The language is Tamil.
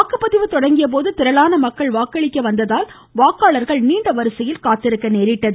வாக்குப்பதிவு தொடங்கியபோது திரளான மக்கள் வாக்களிக்க வந்ததால் வாக்காளர்கள் நீண்ட வரிசையில் காத்திருக்க நேரிட்டது